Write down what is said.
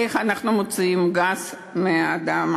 איך אנחנו מוציאים גז מהמים?